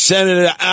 Senator